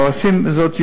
העושים זאת יום-יום,